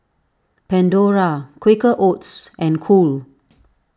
Pandora Quaker Oats and Cool